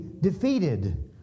defeated